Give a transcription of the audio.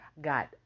got